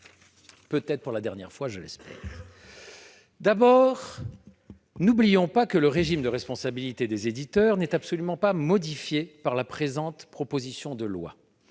peut-être pour la dernière fois, en tout cas je l'espère. D'abord, n'oublions pas que le régime de responsabilité des éditeurs n'est absolument pas modifié par la présente proposition de loi.